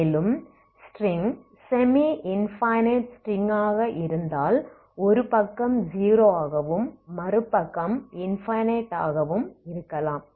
மேலும் string semi infinite string ஆக இருந்தால் ஒரு பக்கம் 0 ஆகவும் மறு பக்கம் இன்பனைட் ஆகவும் இருக்கலாம்